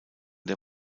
der